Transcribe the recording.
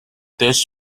this